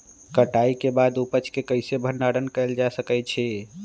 कटाई के बाद उपज के कईसे भंडारण कएल जा सकई छी?